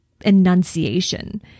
enunciation